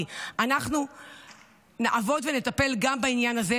איתן: אנחנו נעבוד ונטפל גם בעניין הזה,